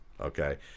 okay